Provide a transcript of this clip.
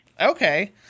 Okay